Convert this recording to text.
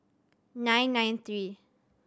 nine nine three